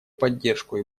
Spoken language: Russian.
поддержку